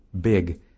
big